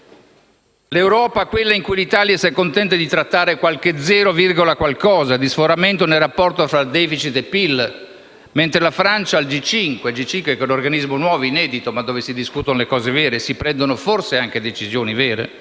l'Europa è quella in cui l'Italia si accontenta di trattare qualche zero, qualcosa di sforamento del rapporto tra *deficit* e PIL, mentre la Francia al G5 (che è un organismo nuovo, inedito, ma dove si discutono questioni vere e forse si prendono anche decisioni vere)